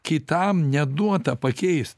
kitam neduota pakeist